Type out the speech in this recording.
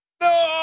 no